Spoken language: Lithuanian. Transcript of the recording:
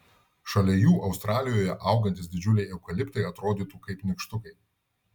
šalia jų australijoje augantys didžiuliai eukaliptai atrodytų kaip nykštukai